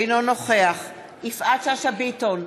אינו נוכח יפעת שאשא ביטון,